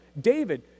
David